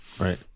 right